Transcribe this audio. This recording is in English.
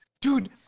Dude